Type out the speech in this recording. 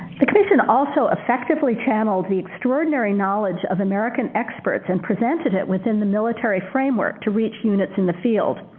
the commission also effectively channeled the extraordinary knowledge of american experts and presented it within the military framework to reach units in the field.